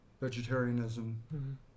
vegetarianism